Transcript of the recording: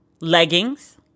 leggings